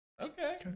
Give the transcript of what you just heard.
Okay